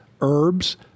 herbs